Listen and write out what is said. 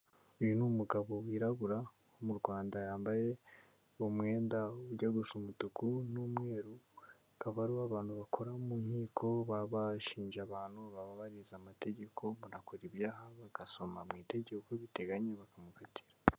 Uyu ni umugabo wirabura wo mu Rwanda yambaye umwenda ujya gusa umutuku n'umweru, akaba ari uw'abantu bakora mu nkiko, baba bashinja abantu, baba barize amategeko, umuntu akora ibyaha bagasoma mu itegeko uko biteganya bakamukatira.